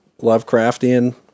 Lovecraftian